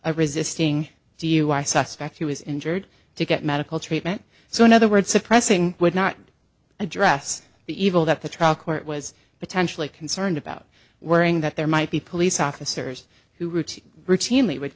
a resisting do you i suspect he was injured to get medical treatment so in other words suppressing would not address the evil that the trial court was potentially concerned about worrying that there might be police officers who routinely routinely w